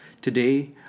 Today